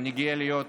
אני גאה להיות